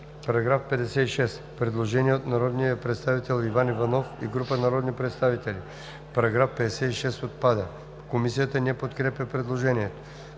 По § 56 има предложение на народния представител Иван Иванов и група народни представители: „§ 56 – отпада.“ Комисията не подкрепя предложението.